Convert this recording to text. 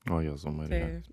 o jėzau marija